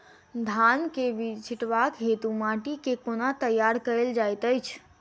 धान केँ बीज छिटबाक हेतु माटि केँ कोना तैयार कएल जाइत अछि?